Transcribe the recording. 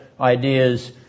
ideas